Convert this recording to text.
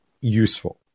useful